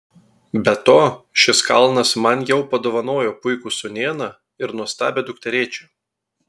be to šis kalnas man jau padovanojo puikų sūnėną ir nuostabią dukterėčią